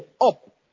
up